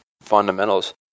fundamentals